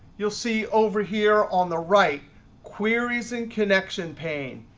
you'll see over here on the right queries and connection pane.